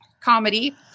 comedy